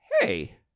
hey